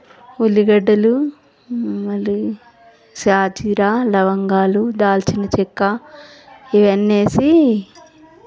ఉల్లిగడ్డలు మళ్ళీ షాజీరా లవంగాలు దాల్చిన చెక్క ఇవన్నీ వేసి